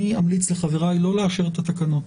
אני אמליץ לחבריי לא לאשר את התקנות.